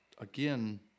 again